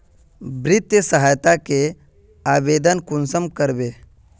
वित्तीय सहायता के आवेदन कुंसम करबे?